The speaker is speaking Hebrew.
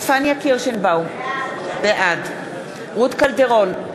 פניה קירשנבאום, בעד רות קלדרון,